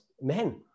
men